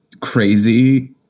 crazy